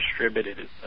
distributed